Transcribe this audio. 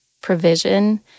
provision